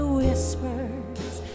whispers